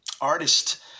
artist